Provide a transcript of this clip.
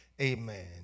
amen